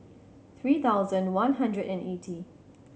three thousand one hundred and eighty